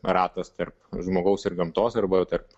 ratas tarp žmogaus ir gamtos arba tarp